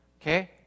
Okay